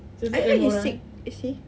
I heard he's sick is he